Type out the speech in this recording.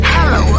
Hello